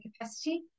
capacity